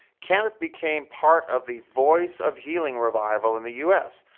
kenneth became part of the voice of healing revival in the u s.